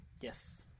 Yes